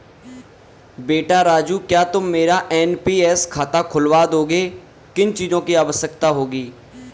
बेटा राजू क्या तुम मेरा एन.पी.एस खाता खुलवा दोगे, किन चीजों की आवश्यकता होगी?